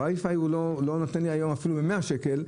הוואי-פיי לא נותנים לי אפילו 100 שקל,